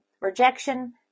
Rejection